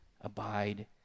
abide